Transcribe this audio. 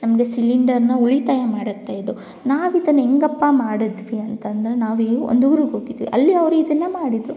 ನಮಗೆ ಸಿಲಿಂಡರ್ನ ಉಳಿತಾಯ ಮಾಡುತ್ತೆ ಇದು ನಾವಿದನ್ನು ಹೆಂಗಪ್ಪ ಮಾಡಿದ್ವಿ ಅಂತಂದ್ರೆ ನಾವು ಒಂದು ಊರಿಗೋಗಿದ್ವಿ ಅಲ್ಲಿ ಅವರು ಇದನ್ನು ಮಾಡಿದ್ರು